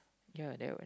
ya that